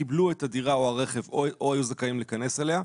קיבלו את הדירה או הרכב או היו זכאים להיכנס אליה,